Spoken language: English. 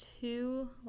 two